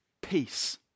peace